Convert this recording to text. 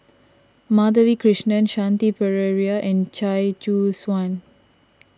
Madhavi Krishnan Shanti Pereira and Chia Choo Suan